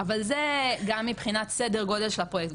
אבל זה גם מבחינת סדר גודל של הפרויקט,